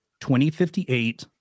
2058